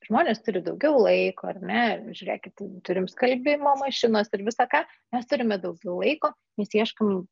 žmonės turi daugiau laiko ar ne žiūrėkit turim skalbimo mašinas ir viską ką mes turime daugiau laiko mes ieškom